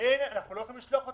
אנחנו לא יכולים לשלוח אותם,